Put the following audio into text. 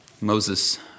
Moses